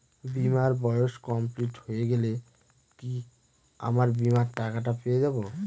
বীমার বয়স কমপ্লিট হয়ে গেলে কি আমার বীমার টাকা টা পেয়ে যাবো?